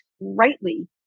rightly